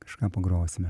kažką pagrosime